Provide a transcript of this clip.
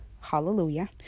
Hallelujah